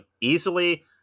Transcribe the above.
easily